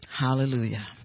Hallelujah